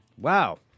Wow